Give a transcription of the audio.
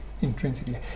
intrinsically